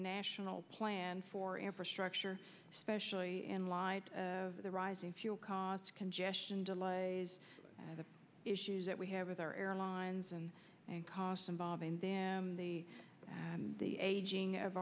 national plan for infrastructure especially in light of the rising fuel costs congestion delays the issues that we have with our airlines and and costs involving them the aging of